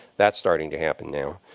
that's starting to happen now.